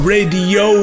Radio